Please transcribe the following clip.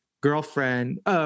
girlfriend